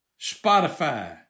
Spotify